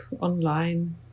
online